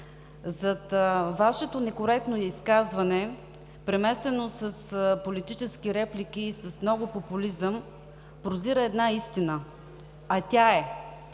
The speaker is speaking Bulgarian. зад Вашето некоректно изказване, примесено с политически реплики и с много популизъм, прозира една истина, а тя е,